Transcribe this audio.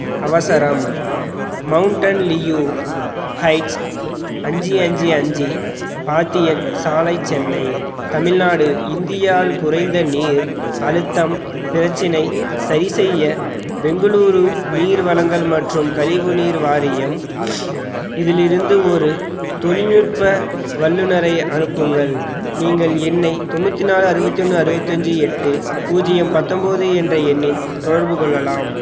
அவசரம் mountain view heights அஞ்சு அஞ்சு அஞ்சு பாத்தியன் சாலை சென்னை தமிழ்நாடு இந்தியால் குறைந்த நீர் அழுத்தம் பிரச்சனை சரிசெய்ய பெங்களூரு நீர் வழங்கல் மற்றும் கழிவுநீர் வாரியம் இதிலிருந்து ஒரு தொழில்நுட்ப வல்லுநரை அனுப்புங்கள் நீங்கள் என்னை தொண்ணூற்றி நாலு அறுபத்தி ஒன்று அறுபத்தஞ்சி எட்டு பூஜ்ஜியம் பத்தொம்போது என்ற எண்ணில் தொடர்பு கொள்ளலாம்